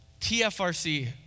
TFRC